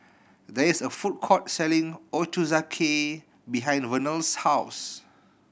there is a food court selling Ochazuke behind Vernell's house